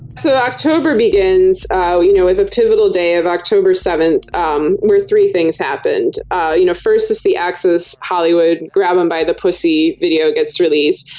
so october begins ah you know with a pivotal day of october seventh um where three things ah you know first is the access hollywood grab em by the pussy video gets released.